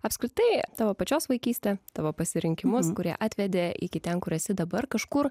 apskritai tavo pačios vaikystę tavo pasirinkimus kurie atvedė iki ten kur esi dabar kažkur